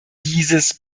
dieses